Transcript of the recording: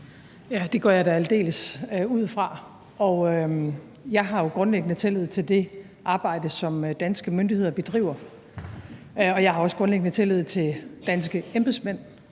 det går jeg da aldeles ud fra. Og jeg har jo grundlæggende tillid til det arbejde, som danske myndigheder bedriver, jeg har også grundlæggende tillid til danske embedsmænd,